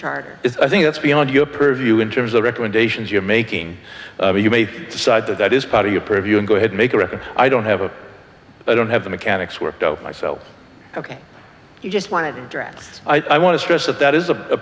charter i think that's beyond your purview in terms of recommendations you have making you may decide that that is part of your purview and go ahead make a record i don't have a i don't have the mechanics worked out myself ok you just want to direct i want to stress that that is a